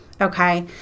Okay